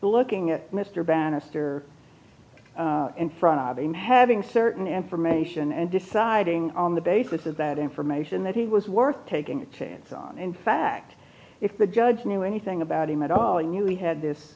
looking at mr bannister in front of him having certain information and deciding on the basis of that information that he was worth taking a chance on in fact if the judge knew anything about him at all you knew he had this